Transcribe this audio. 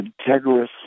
integrous